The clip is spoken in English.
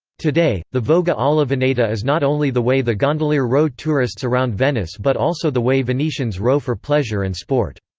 today, the voga alla veneta is not only the way the gondolier row tourists around venice but also the way venetians row for pleasure and sport.